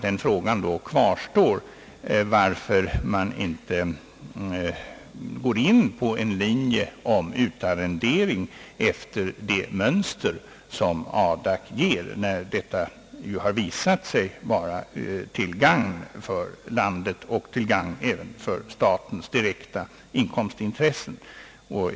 Den frågan kvarstår därför, varför man inte går in för en linje som innebär utarrendering efter det mönster som Adak ger när det visat sig vara till gagn för landet och till gagn även för statens direkta inkomstintressen.